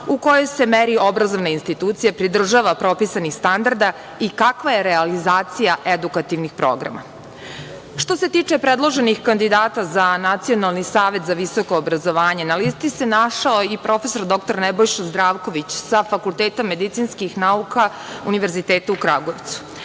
u kojoj se meri obrazovna institucija pridržava propisanih standarda i kakva je realizacija edukativnih programa. Što se tiče predloženih kandidata za Nacionalni savet za visoko obrazovanje, na listi se našao i prof. dr Nebojša Zdravković sa Fakulteta medicinskih nauka Univerziteta u Kragujevcu.